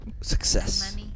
Success